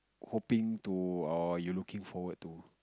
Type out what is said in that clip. hoping to or you looking forward to